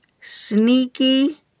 sneaky